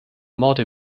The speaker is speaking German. morde